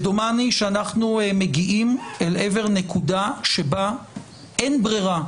דומני שאנחנו מגיעים לעבר נקודה שבה אין ברירה,